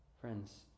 Friends